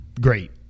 great